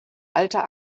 alter